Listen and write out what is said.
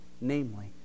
namely